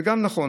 זה גם נכון.